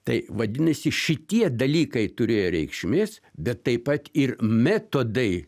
tai vadinasi šitie dalykai turėjo reikšmės bet taip pat ir metodai